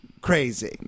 crazy